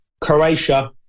Croatia